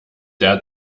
der